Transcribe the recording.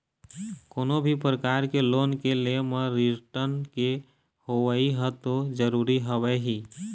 कोनो भी परकार के लोन के ले म रिर्टन के होवई ह तो जरुरी हवय ही